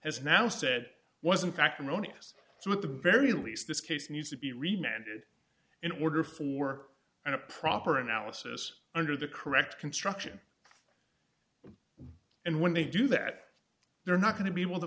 has now said wasn't acrimonious so at the very least this case needs to be remitted in order for and a proper analysis under the correct construction and when they do that they're not going to be able to